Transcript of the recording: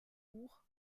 buch